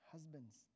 Husbands